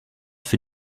für